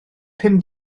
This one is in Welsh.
pum